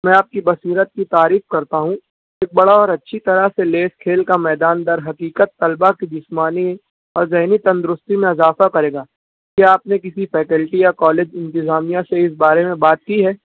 میں آپ کی بصیرت کی تعریف کرتا ہوں ایک بڑا اور اچھی طرح سے لیس کھیل کا میدان درحقیقت طلبہ کی جسمانی اور ذہنی تندرستی میں اضافہ کرے گا کیا آپ نے کسی فیکلٹی یا کالج انتظامیہ سے اِس بارے میں بات کی ہے